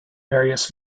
various